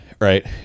right